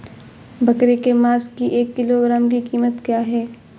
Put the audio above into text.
बकरे के मांस की एक किलोग्राम की कीमत क्या है?